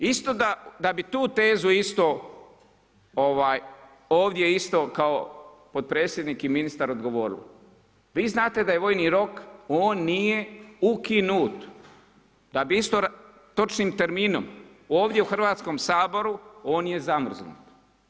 Isto da bi tu tezu isto ovdje kao potpredsjednik i ministar odgovorili, vi znate da je vojni rok on nije ukinut da bi isto točnim terminom ovdje u Hrvatskom saboru on je zamrznut.